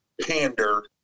pander